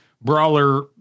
brawler